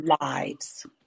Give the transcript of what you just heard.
lives